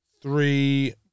three